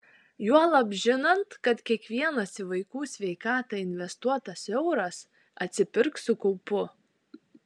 juolab žinant kad kiekvienas į vaikų sveikatą investuotas euras atsipirks su kaupu